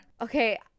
Okay